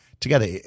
together